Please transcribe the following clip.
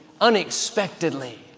unexpectedly